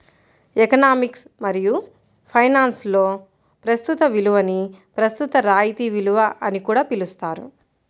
economics మరియు ఫైనాన్స్లో ప్రస్తుత విలువని ప్రస్తుత రాయితీ విలువ అని కూడా పిలుస్తారు